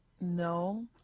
no